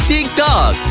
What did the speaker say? TikTok